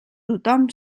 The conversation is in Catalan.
tothom